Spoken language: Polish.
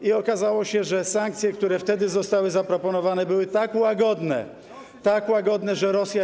I okazało się, że sankcje, które wtedy zostały zaproponowane, były tak łagodne, tak łagodne, że Rosja.